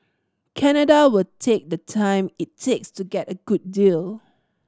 Canada will take the time it takes to get a good deal